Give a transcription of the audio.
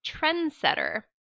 trendsetter